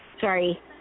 Sorry